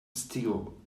still